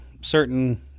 certain